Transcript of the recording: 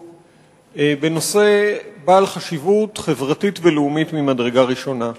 בנושא בעל חשיבות חברתית ולאומית ממדרגה ראשונה.